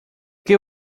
que